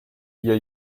ear